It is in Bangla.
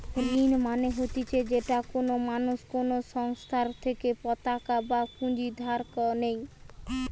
ঋণ মানে হতিছে যেটা কোনো মানুষ কোনো সংস্থার থেকে পতাকা বা পুঁজি ধার নেই